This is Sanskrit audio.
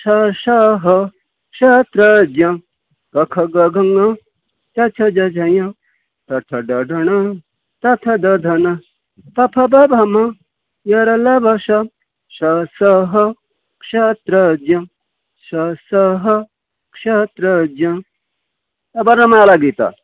शषह शत्रज्ञ कखगङ चछजझञ टठडढण तथदधन पफबभम यरलवश शषह शत्रज्ञशषह शत्रज्ञ वरर्णमालागीतं